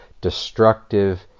destructive